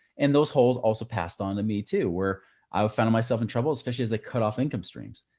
and those holes also passed on to me too where i would find myself in trouble, especially as they cut-off income streams.